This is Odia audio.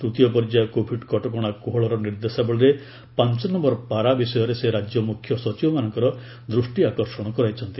ତୂତୀୟ ପର୍ଯ୍ୟାୟ କୋଭିଡ୍ କଟକଶା କୋହଳର ନିର୍ଦ୍ଦେଶାବଳୀରେ ପାଞ୍ଚ ନମ୍ଘର ପାରା ବିଷୟରେ ସେ ରାଜ୍ୟ ମୁଖ୍ୟ ସଚିବମାନଙ୍କର ଦୃଷ୍ଟି ଆକର୍ଷଣ କରାଇଛନ୍ତି